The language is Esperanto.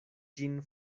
ĝin